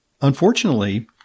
unfortunately